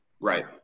Right